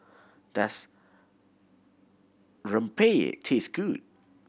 does rempeyek taste good